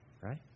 right